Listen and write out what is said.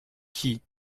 qui